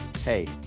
Hey